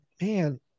man